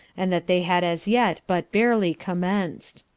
and that they had as yet but barely commenc'd.